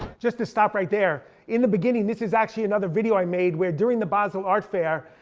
just to stop right there, in the beginning this is actually another video i made where during the basel art fair,